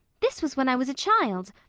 this was when i was a child.